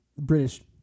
British